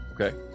Okay